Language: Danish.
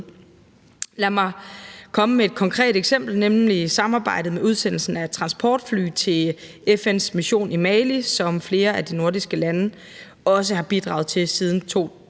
Lad mig komme med et konkret eksempel, nemlig samarbejdet i forbindelse med udsendelsen af transportfly til FN’s mission i Mali, som flere af de nordiske lande også har bidraget til siden 2016.